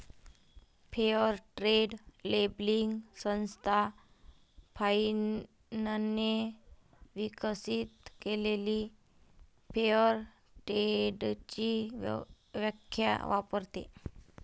fair trade labelling संस्था फाइनने विकसित केलेली फेअर ट्रेडची व्याख्या वापरते